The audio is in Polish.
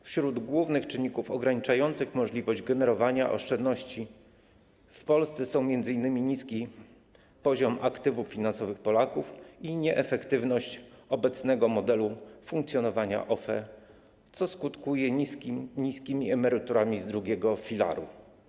Wśród głównych czynników ograniczających możliwość generowania oszczędności w Polsce są m.in. niski poziom aktywów finansowych Polaków i nieefektywność obecnego modelu funkcjonowania OFE, co skutkuje niskimi emeryturami z drugiego filaru.